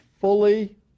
fully